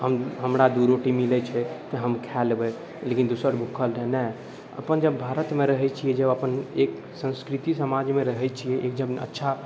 हमरा दू रोटी मिलै छै हम खा लेबै लेकिन दोसर भूखल रहै नहि अपन जब भारतमे रहै छियै जब अपन एक संस्कृति समाजमे रहै छियै एक अच्छा